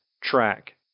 track